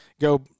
go